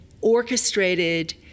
orchestrated